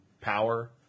power